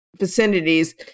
Vicinities